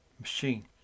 machine